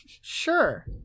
Sure